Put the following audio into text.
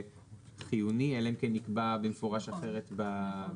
חיוני אלא אם כן נקבע במפורש אחרת בצו.